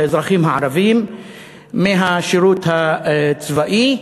את האזרחים הערבים מהשירות הצבאי.